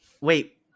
Wait